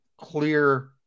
clear